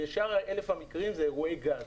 ושאר 1,000 המקרים זה אירועי גז.